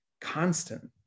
constant